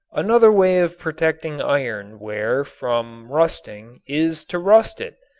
another way of protecting iron ware from rusting is to rust it.